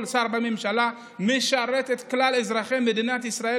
וכל שר בממשלה משרת את כלל אזרחי מדינת ישראל,